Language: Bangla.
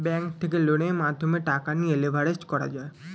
ব্যাঙ্ক থেকে লোনের মাধ্যমে টাকা নিয়ে লেভারেজ করা যায়